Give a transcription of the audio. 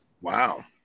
Wow